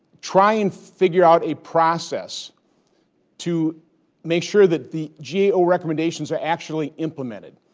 try and figure out a process to make sure that the gao recommendations are actually implemented.